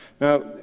Now